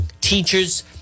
teachers